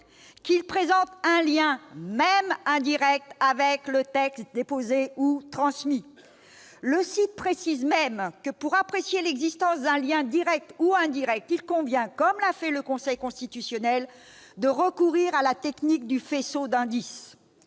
qu'il présente un lien, même indirect, avec le texte déposé ou transmis. » Le site précise aussi que, pour apprécier l'existence d'un lien direct ou indirect, il convient, comme l'a fait le Conseil constitutionnel, de recourir à la technique du faisceau d'indices.